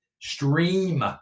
Stream